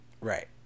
Right